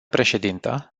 președintă